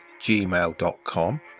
gmail.com